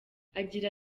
agira